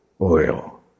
oil